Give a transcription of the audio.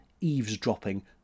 eavesdropping